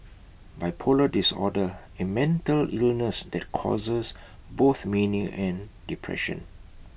bipolar disorder A mental illness that causes both mania and depression